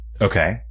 Okay